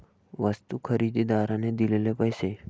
वस्तू खरेदीदाराने दिलेले पैसे